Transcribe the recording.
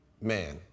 man